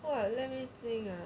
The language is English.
!wah! let me think ah